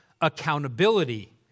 accountability